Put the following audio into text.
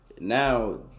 now